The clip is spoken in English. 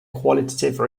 qualitative